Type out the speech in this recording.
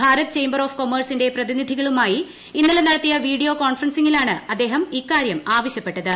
Bharat chamber of കൊമേഴ്സിന്റെ പ്രതിനിധികളുമായി ഇന്നലെ നടത്തിയ വ്വീഡ്രിയോ കോൺഫറൻസിങ്ങിലാണ് അദ്ദേഹം ഇദ്ദ്ൂകാര്യം ആവശ്യപ്പെട്ടത്